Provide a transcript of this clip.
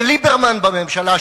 שליברמן בממשלה,